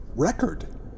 Record